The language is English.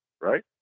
Right